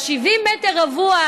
שה-70 מטר רבוע,